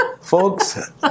folks